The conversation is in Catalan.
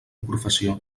professió